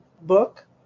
book